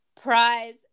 Prize